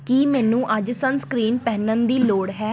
ਕੀ ਮੈਨੂੰ ਅੱਜ ਸਨਸਕ੍ਰੀਨ ਪਹਿਨਣ ਦੀ ਲੋੜ ਹੈ